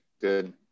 Good